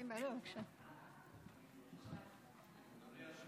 אדוני היושב-ראש, מתי אני?